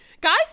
guys